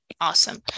awesome